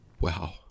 Wow